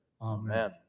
Amen